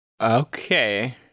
Okay